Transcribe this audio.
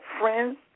friends